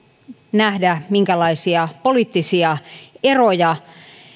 nähdä minkälaisia poliittisia eroja